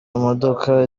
modoka